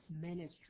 ministry